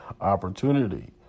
opportunity